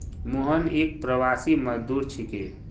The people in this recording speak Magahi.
मोहन एक प्रवासी मजदूर छिके